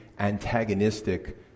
antagonistic